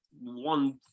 one